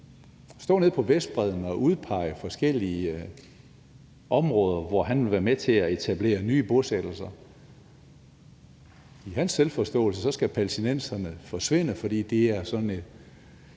stå nede på Vestbredden og udpege forskellige områder, hvor han vil være med til at etablere nye bosættelser. I hans selvforståelse skal palæstinenserne forsvinde, fordi det er sådan